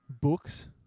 books